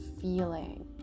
feeling